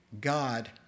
God